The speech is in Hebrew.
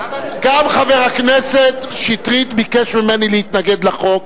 גם חבר הכנסת שטרית ביקש ממני להתנגד לחוק.